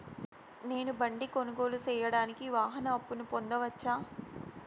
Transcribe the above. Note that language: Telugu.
నేను బండి కొనుగోలు సేయడానికి వాహన అప్పును పొందవచ్చా?